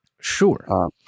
Sure